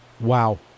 Wow